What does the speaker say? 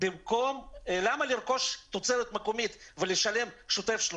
למה לרכוש תוצרת מקומית ולשלם שוטף 30,